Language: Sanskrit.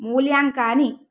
मूल्याङ्कानि